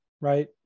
right